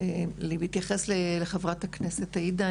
בהתייחס לחברת הכנסת עאידה,